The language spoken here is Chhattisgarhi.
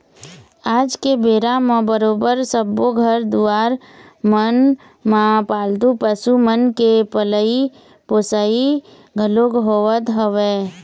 आज के बेरा म बरोबर सब्बो घर दुवार मन म पालतू पशु मन के पलई पोसई घलोक होवत हवय